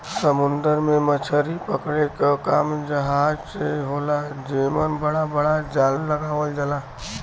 समुंदर में मछरी पकड़े क काम जहाज से होला जेमन बड़ा बड़ा जाल लगावल जाला